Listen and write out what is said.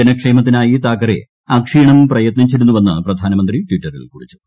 ജനക്ഷേമത്തിനായി താക്കറെ അക്ഷീണം പ്രയത്നിച്ചിരുന്നുവെന്ന് പ്രധാനമന്ത്രി ട്വിറ്ററിൽ കുറിച്ചു